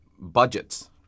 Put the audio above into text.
budgets